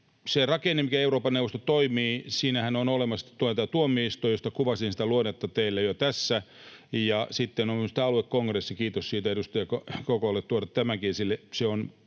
Se rakenne, miten Euroopan neuvosto toimii: Siinähän on olemassa tuomioistuin, jonka luonnetta kuvasin teille jo tässä, ja sitten on myös tämä aluekongressi — kiitos edustaja Kokolle, joka toi tämänkin esille.